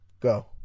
go